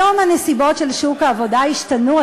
היום הנסיבות של שוק העבודה השתנו.